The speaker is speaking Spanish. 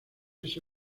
este